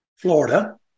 Florida